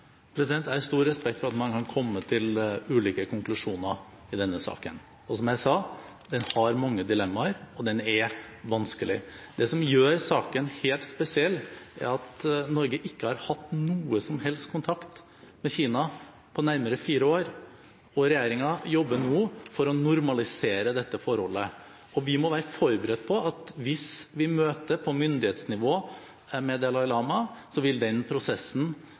sa: Den har mange dilemmaer og den er vanskelig. Det som gjør saken helt spesiell, er at Norge ikke har hatt noe som helst kontakt med Kina på nærmere fire år. Regjeringen jobber nå for å normalisere dette forholdet, og vi må være forberedt på at hvis vi møter Dalai Lama på myndighetsnivå, så vil den prosessen